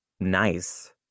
nice